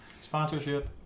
Sponsorship